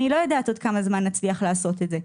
אני לא יודעת עוד כמה זמן נצליח לעשות את זה.